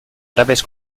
árabes